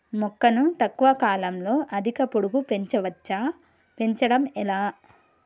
మొక్కను తక్కువ కాలంలో అధిక పొడుగు పెంచవచ్చా పెంచడం ఎలా?